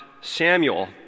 Samuel